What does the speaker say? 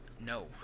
No